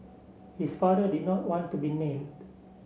his father did not want to be named